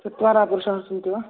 चत्वारः पुरुषाः सन्ति वा